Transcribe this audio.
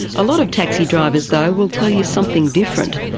a lot of taxi drivers though will tell you something different.